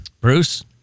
Bruce